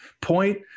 point